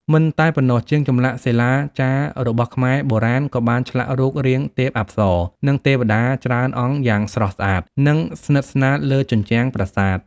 មិនតែប៉ុណ្ណោះ ជាងចម្លាក់សិលាចារបស់ខ្មែរបុរាណក៏បានឆ្លាក់រូបរាងទេពអប្សរ និងទេវតាច្រើនអង្គយ៉ាងស្រស់ស្អាត និងស្និទស្នាលលើជញ្ជាំងប្រាសាទ។